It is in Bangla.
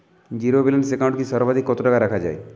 জীরো ব্যালেন্স একাউন্ট এ সর্বাধিক কত টাকা রাখা য়ায়?